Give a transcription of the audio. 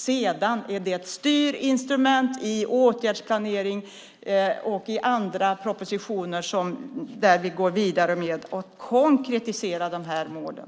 Vidare är det fråga om ett styrinstrument i åtgärdsplaneringen och i samband med andra propositioner där vi går vidare och konkretiserar de här målen.